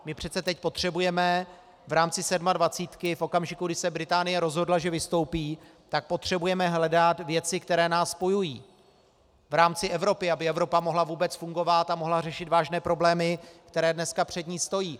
My přece teď potřebujeme v rámci sedmadvacítky v okamžiku, kdy se Británie rozhodla, že vystoupí, potřebujeme hledat věci, které nás spojují v rámci Evropy, aby Evropa mohla vůbec fungovat a mohla řešit vážné problémy, které dneska před ní stojí.